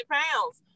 pounds